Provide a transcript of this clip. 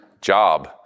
job